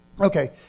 Okay